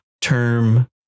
term